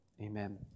amen